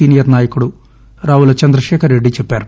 senior నాయకుడు రావుల చంద్రశేఖరరెడ్డి చెప్పారు